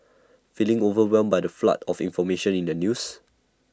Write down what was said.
feeling overwhelmed by the flood of information in the news